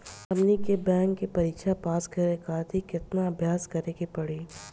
हमनी के बैंक के परीक्षा पास करे खातिर केतना अभ्यास करे के पड़ी?